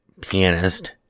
pianist